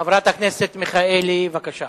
חברת הכנסת אנסטסיה מיכאלי, בבקשה.